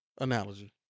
analogy